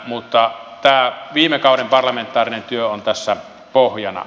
mutta tämä viime kauden parlamentaarinen työ on tässä pohjana